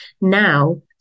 Now